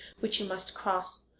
which you must cross.